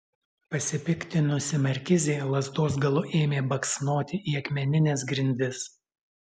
pasipiktinusi markizė lazdos galu ėmė baksnoti į akmenines grindis